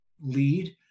lead